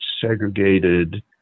segregated